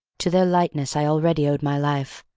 to their lightness i already owed my life,